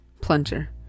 plunger